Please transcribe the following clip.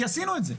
כי עשינו את זה.